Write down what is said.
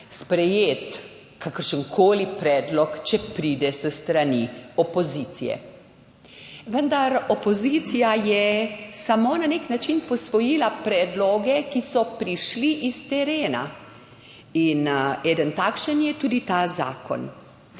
sprejeti kakršnegakoli predloga, če pride s strani opozicije. Vendar je opozicija samo na nek način posvojila predloge, ki so prišli s terena. En takšen je tudi ta zakon.